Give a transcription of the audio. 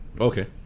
Okay